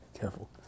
Careful